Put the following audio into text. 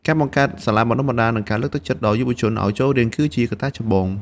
ការបង្កើតសាលាបណ្ដុះបណ្ដាល និងការលើកទឹកចិត្តដល់យុវជនឱ្យចូលរៀនគឺជាកត្តាចម្បង។